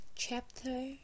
Chapter